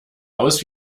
aus